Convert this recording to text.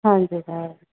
ਹਾਂਜੀ